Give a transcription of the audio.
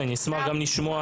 אני אשמח גם לשמוע.